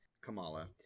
Kamala